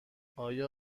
آیا